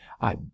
I